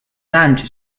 anys